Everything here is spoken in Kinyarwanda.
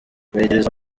kwegereza